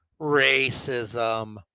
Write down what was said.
racism